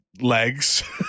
legs